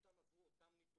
שלושתם עברו אותם ניתוחים,